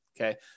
Okay